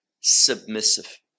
submissive